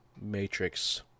Matrix